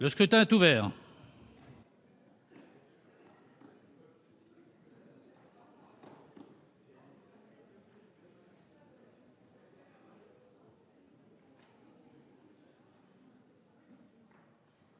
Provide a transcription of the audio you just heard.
Le scrutin est ouvert.